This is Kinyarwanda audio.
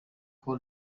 kuba